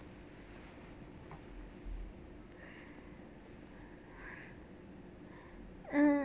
mm